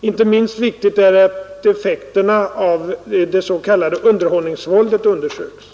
Inte minst viktigt är det att effekterna av det s.k. underhållningsvåldet undersöks.